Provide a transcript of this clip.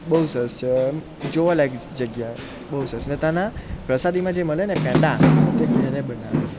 બહુ સરસ છે એમ જોવાલાયક જગ્યા બહુ સરસ ને ત્યાંનાં છે પ્રસાદીમાં જે મળેને પેંડા તેને બહુ બનાવે છે